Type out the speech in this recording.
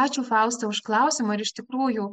ačiū fausta už klausimą ir iš tikrųjų